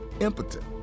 impotent